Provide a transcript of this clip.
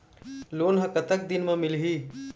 Loan ह कतक दिन मा मिलही?